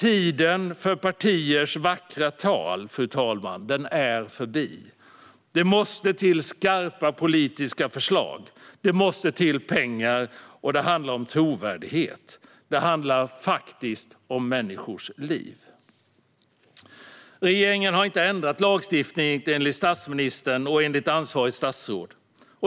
Tiden för partiers vackra tal är förbi. Det måste till skarpa politiska förslag, och det måste till pengar. Det handlar om trovärdighet, och det handlar faktiskt om människors liv. Regeringen har inte ändrat lagstiftningen, enligt statsministern och enligt ansvarigt statsråd.